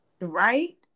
right